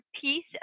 piece